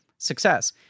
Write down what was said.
success